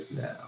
now